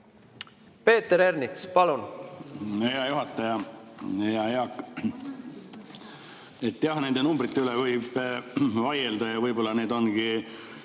Peeter Ernits, palun! Hea juhataja! Hea Jaak! Jah, nende numbrite üle võib vaielda ja võib-olla neid ei